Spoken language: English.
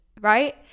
right